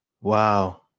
Wow